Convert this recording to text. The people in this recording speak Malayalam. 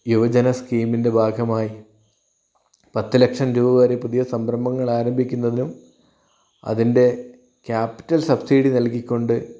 യുവജന സ്കീമിൻ്റെ ഭാഗമായി പത്ത് ലക്ഷം രൂപവരെ പുതിയ സംരംഭങ്ങൾ ആരംഭിക്കുന്നതും അതിൻ്റെ ക്യാപിറ്റൽ സബ്സിഡി നൽകിക്കൊണ്ട്